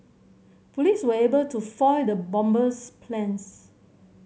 police were able to foil the bomber's plans